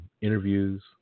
interviews